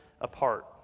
apart